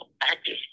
active